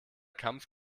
kampf